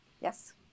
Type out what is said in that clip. yes